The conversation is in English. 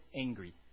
angry